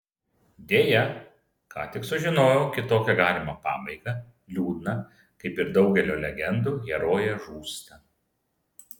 deja ką tik sužinojau kitokią galimą pabaigą liūdną kaip ir daugelio legendų herojė žūsta